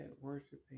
worshiping